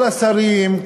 כל השרים,